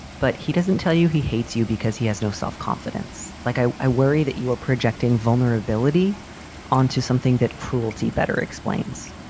but he doesn't tell you he hates you because he has no self-confidence. like, i i worry that you are projecting vulnerability onto something that cruelty better explains